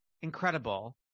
incredible